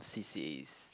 c_c_as